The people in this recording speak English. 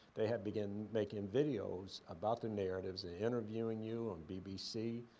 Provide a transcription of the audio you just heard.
they have begun making videos about the narratives and interviewing you on bbc.